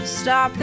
stop